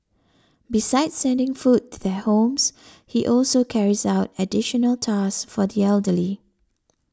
besides sending food to their homes he also carries out additional tasks for the elderly